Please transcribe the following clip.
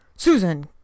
Susan